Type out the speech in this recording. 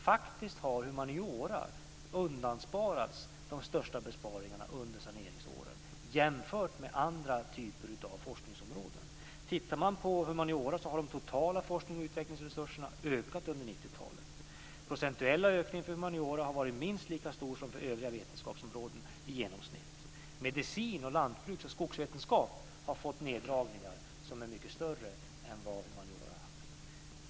Faktiskt har humaniora undansparats de största besparingarna under saneringsåren jämfört med andra typer av forskningsområden. Inom humaniora har de totala forskningsoch utvecklingsresurserna ökat under 90-talet. Den procentuella ökningen för humaniora har varit minst lika stor som för övriga vetenskapsområden i genomsnitt. Medicin, lantbruks och skogsvetenskap har fått neddragningar som är mycket större än vad humaniora har haft.